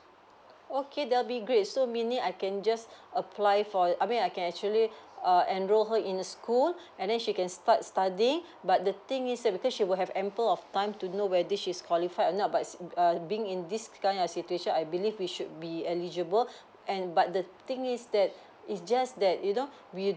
okay that'll be great so meaning I can just apply for I mean I can actually err enrol her in a school and then she can start study but the thing is because she will have ample of time to know whether she's qualified or not but err being in this kind of situation I believe we should be eligible and but the thing is that it's just that you know we